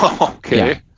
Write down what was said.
Okay